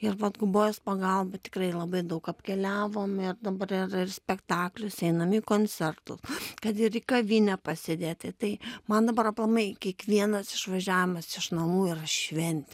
ir vat gubojos pagalba tikrai labai daug apkeliavom ir dabar ir ir spektaklius einam į koncertus kad ir į kavinę pasėdėti tai man dabar aplamai kiekvienas išvažiavimas iš namų yra šventė